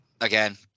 again